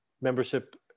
membership